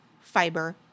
fiber